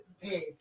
paid